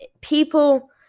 people